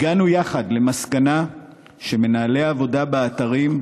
הגענו יחד למסקנה שמנהלי עבודה באתרים,